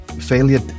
failure